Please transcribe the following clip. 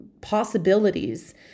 possibilities